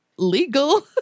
legal